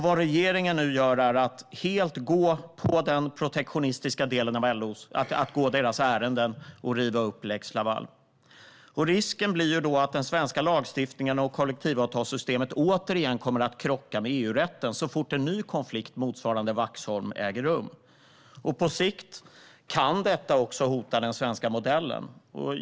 Vad regeringen nu gör är att helt gå den protektionistiska delen av LO:s ärenden och riva upp lex Laval. Risken är då att svensk lagstiftning och kollektivavtalssystemet återigen kommer att krocka med EU-rätten så fort en ny konflikt motsvarande Vaxholm äger rum. På sikt kan detta också hota den svenska modellen.